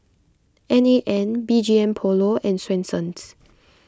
any N B G M Polo and Swensens